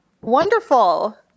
wonderful